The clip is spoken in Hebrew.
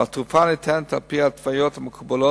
והתרופה ניתנת על-פי ההתוויות המקובלות